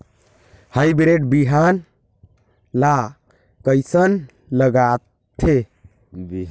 Hybrid बिहान ला कइसन लगाथे?